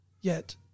Yet